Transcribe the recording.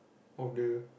of the